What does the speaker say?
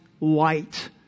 light